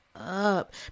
Up